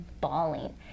bawling